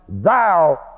Thou